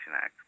Act